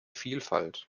vielfalt